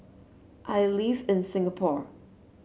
I live in Singapore